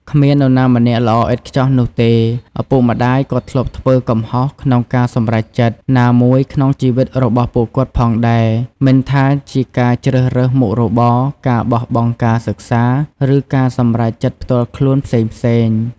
គ្មាននរណាម្នាក់ល្អឥតខ្ចោះនោះទេ ឪពុកម្ដាយក៏ធ្លាប់ធ្វើ កំហុសក្នុងការសម្រេចចិត្ត ណាមួយក្នុងជីវិតរបស់ពួកគាត់ផងដែរ មិនថាជាការជ្រើសរើសមុខរបរ ការបោះបង់ការសិក្សា ឬការសម្រេចចិត្តផ្ទាល់ខ្លួនផ្សេងៗ។